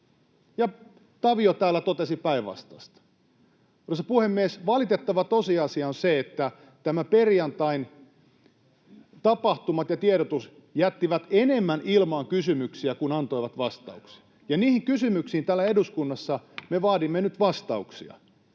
Tavio täällä totesi päinvastaista. Arvoisa puhemies! Valitettava tosiasia on se, että nämä perjantain tapahtumat ja tiedotus jättivät enemmän ilmaan kysymyksiä kuin antoivat vastauksia. Ja niihin kysymyksiin täällä eduskunnassa me vaadimme nyt vastauksia.